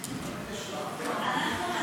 סעיף 1